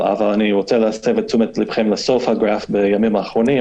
אני מסב תשומת לבכם בסוף הגרף, בימים האחרונים